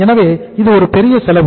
எனவே இது ஒரு பெரிய செலவு